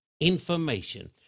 information